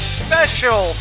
special